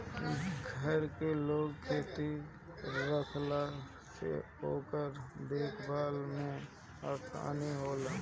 घर के लगे खेत रहला से ओकर देख भाल में आसानी होला